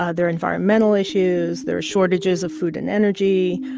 ah there are environmental issues, there are shortages of food and energy,